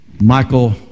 Michael